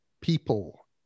people